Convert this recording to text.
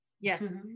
Yes